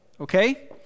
Okay